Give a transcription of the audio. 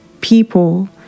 people